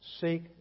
Seek